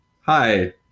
Hi